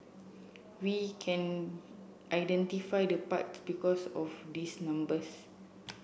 we can identify the part because of these numbers